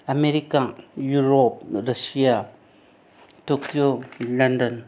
America Europe Russia Tokyo London